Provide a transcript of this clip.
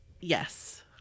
yes